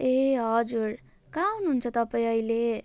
ए हजुर कहाँ हुनु हुन्छ तपाईँ अहिले